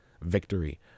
victory